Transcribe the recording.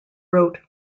wrote